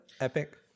Epic